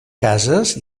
cases